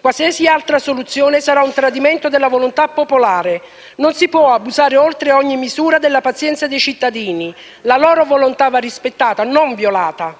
Qualsiasi altra soluzione sarà un tradimento della volontà popolare. Non si può abusare oltre ogni misura della pazienza dei cittadini. La loro volontà va rispettata, non violata».